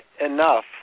enough